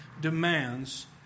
demands